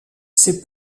ses